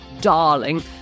darling